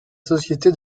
société